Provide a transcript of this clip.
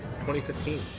2015